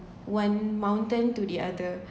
one mountain to the other